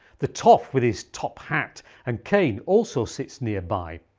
the toff with his top hat and cane also sits nearby.